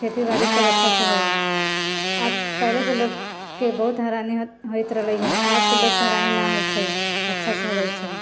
खेती बारी सब अच्छासँ होइ आब पहिलेके लोकसबके बहुत हैरानी होइत रहलै हँ आबके लोकके हैरानी नहि होइ छै अच्छासँ रहै छै